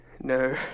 No